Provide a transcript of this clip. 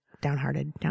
downhearted